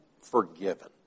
forgiven